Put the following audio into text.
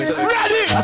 Ready